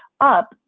up